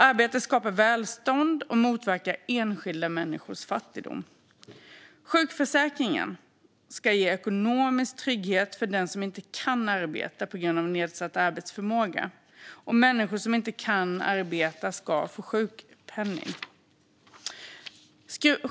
Arbete skapar välstånd och motverkar enskilda människors fattigdom. Sjukförsäkringen ska ge ekonomisk trygghet för den som inte kan arbeta på grund av nedsatt arbetsförmåga. Människor som inte kan arbeta ska få sjukpenning.